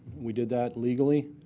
we did that legally.